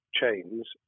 chains